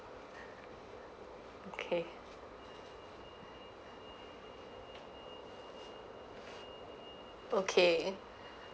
okay okay